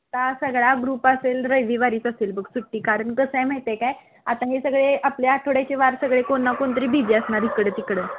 आता सगळा ग्रुप असेल रविवारीच असेल बघ सुट्टी कारण कसं आहे माहीत आहे काय आता हे सगळे आपल्या आठवड्याचे वार सगळे कोण ना कोण तरी बिजी असणार इकडं तिकडं